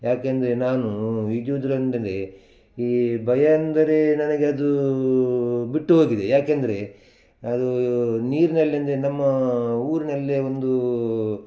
ಏಕೆಂದ್ರೆ ನಾನು ಈಜೋದ್ರಿಂದಲೆ ಈ ಭಯ ಅಂದರೆ ನನಗೆ ಅದು ಬಿಟ್ಟು ಹೋಗಿದೆ ಏಕೆಂದ್ರೆ ಅದು ನೀರಿನಲ್ಲೆಂದ್ರೆ ನಮ್ಮ ಊರಿನಲ್ಲೆ ಒಂದು